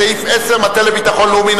המטה לביטחון לאומי.